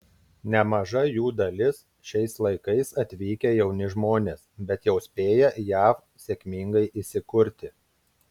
nemaža jų dalis šiais laikais atvykę jauni žmonės bet jau spėję jav sėkmingai įsikurti